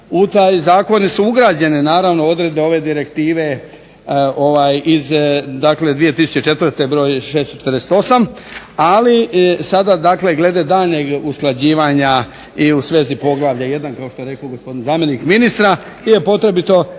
U taj zakon su ugrađene naravno odredbe ove Direktive iz, dakle 2004. br. 648. Ali sada dakle, glede daljnjeg usklađivanja i u svezi poglavlja 1. kao što je rekao gospodin zamjenik ministra je potrebito